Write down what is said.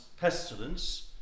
pestilence